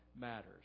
matters